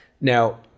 Now